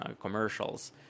commercials